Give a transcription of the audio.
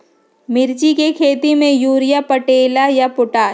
मिर्ची के खेती में यूरिया परेला या पोटाश?